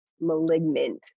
malignant